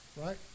right